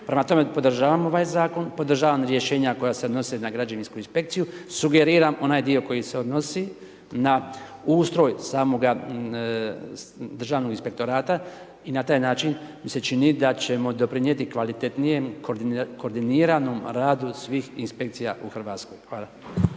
Prema tome, podržavam ovaj Zakon, podržavam rješenja koja se odnose na građevinsku inspekciju, sugeriram onaj dio koji se odnosi na ustroj samoga Državnog inspektorata i na taj način mi se čini da ćemo pridonijeti kvalitetnijem, koordiniranom radu svih inspekcija u RH. Hvala.